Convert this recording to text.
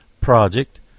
project